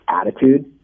attitude